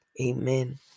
Amen